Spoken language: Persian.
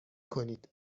کنید